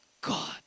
God